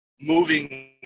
moving